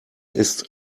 ist